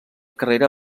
carrera